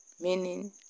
Meaning